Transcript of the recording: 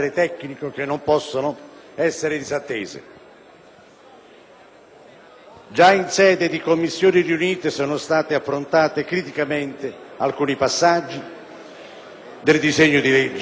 Già in sede di Commissioni riunite sono stati affrontati criticamente alcuni passaggi del disegno di legge, che tuttora permangono e confermano a mio parere